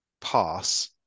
pass